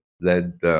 led